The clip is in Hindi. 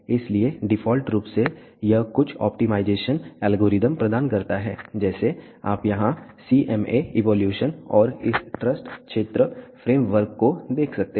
इसलिए डिफ़ॉल्ट रूप से यह कुछ ऑप्टिमाइजेशन एल्गोरिथ्म प्रदान करता है जैसे आप यहां CMA इवोल्यूशन और इस ट्रस्ट क्षेत्र फ्रेम वर्क को देख सकते हैं